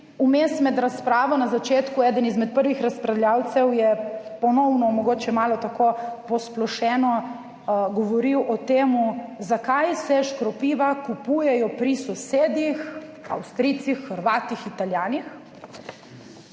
vmes med razpravo na začetku, eden izmed prvih razpravljavcev je ponovno mogoče malo tako posplošeno govoril o temu, zakaj se škropiva kupujejo pri sosedih Avstrijcih, Hrvatih, Italijanih.